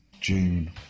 June